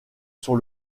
sur